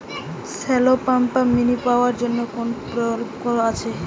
Shallow pump mini power জন্য কোনো প্রকল্প আছে কি?